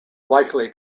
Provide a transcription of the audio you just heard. likely